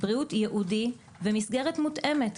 בריאות ייעודי במסגרת מותאמת.